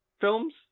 films